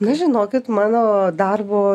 nu žinokit mano darbo